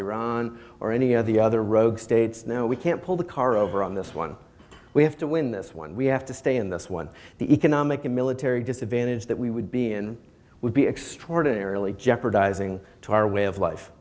iran or any of the other rogue states now we can't pull the car over on this one we have to win this one we have to stay in this one the economic and military disadvantage that we would be in would be extraordinarily jeopardizing to our way of life